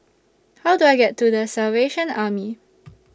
How Do I get to The Salvation Army